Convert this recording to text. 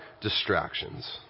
distractions